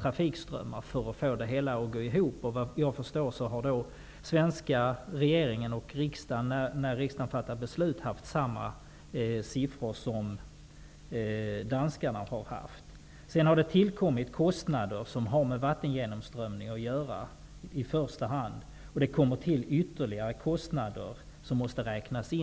trafikströmmar för att få det hela att gå ihop. Vad jag förstår har den svenska regeringen och riksdagen, när riksdagen fattade beslut, haft samma siffror som danskarna. Sedan har det tillkommit kostnader som har med vattengenomströmningen att göra i första hand. Det kommer till ytterligare kostnader som måste räknas in.